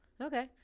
okay